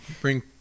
bring